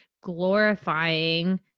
glorifying